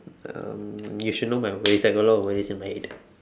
um you should know my worries I have a lot of worries in my head